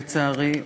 לצערי,